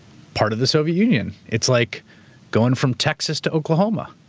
part of the soviet union, it's like going from texas to oklahoma,